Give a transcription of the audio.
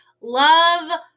Love